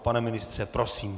Pane ministře, prosím.